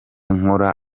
nkora